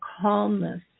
calmness